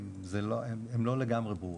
הם לא לגמרי ברורים,